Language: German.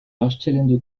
darstellende